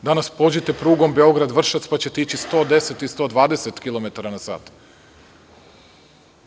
Danas pođite prugom Beograd-Vršac pa ćete ili 110 ili 120 km na sat.